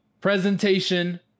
presentation